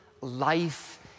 life